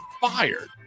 fired